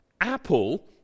Apple